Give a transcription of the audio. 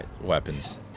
weapons